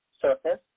surface